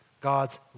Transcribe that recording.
God's